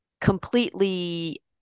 completely